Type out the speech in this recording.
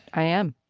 i am.